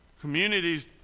Communities